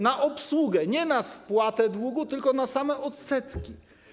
Na obsługę - nie na spłatę długu, tylko na same odsetki.